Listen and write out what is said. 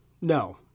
No